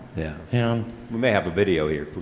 yeah and we may have a video here.